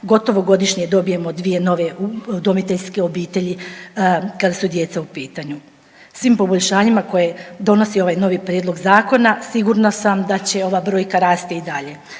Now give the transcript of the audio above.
Gotovo godišnje dobijemo dvije nove udomiteljske obitelji kada su djeca u pitanju. Svim poboljšanjima koje donosi ovaj novi prijedlog zakona sigurna sad da će ova brojka rasti i dalje.